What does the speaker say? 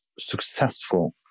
successful